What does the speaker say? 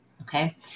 Okay